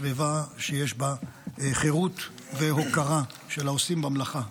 סביבה שיש בה חירות והוקרה של העושים במלאכה.